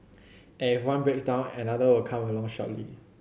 and if one breaks down another will come along shortly